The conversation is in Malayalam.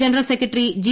general secretary G